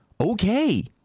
okay